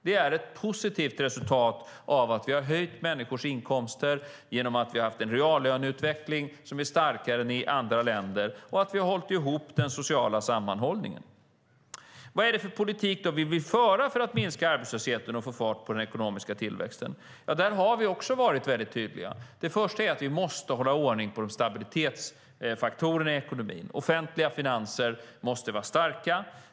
Det är ett positivt resultat av att vi har höjt människors inkomster genom att vi har haft en reallöneutveckling som är starkare än i andra länder och genom att vi klarat den sociala sammanhållningen. Vad är det för politik som vi vill föra för att minska arbetslösheten och få fart på den ekonomiska tillväxten? Där har vi varit väldigt tydliga. Det första är att vi måste hålla ordning på stabilitetsfaktorerna i ekonomin. Offentliga finanser måste vara starka.